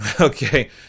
Okay